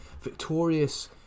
victorious